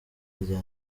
irya